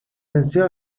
venció